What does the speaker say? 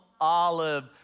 olive